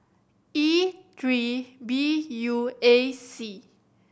E three B U A C